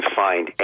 find